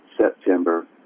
September